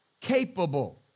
capable